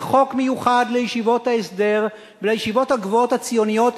חוק מיוחד לישיבות ההסדר ולישיבות הגבוהות הציוניות,